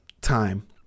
time